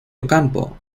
ocampo